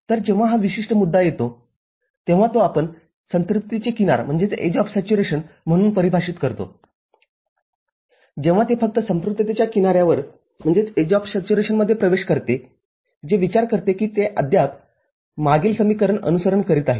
तरजेव्हा हा विशिष्ट मुद्दा येतोतेव्हा तो आपण संतृप्तिची किनार म्हणून परिभाषित करतोजेव्हा ते फक्त संपृक्ततेच्या किनाऱ्यावर प्रवेश करते जे विचार करते की ते अद्याप मागील समीकरण अनुसरण करीत आहे